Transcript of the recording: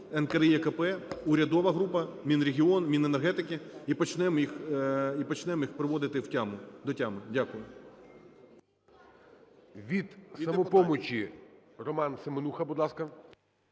НКРЕКП, урядова група, Мінрегіон, Міненергетики - і почнемо їх приводити до тями. Дякую.